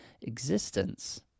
existence